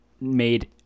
made